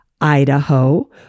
Idaho